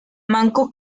manco